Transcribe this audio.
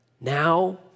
now